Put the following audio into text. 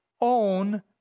own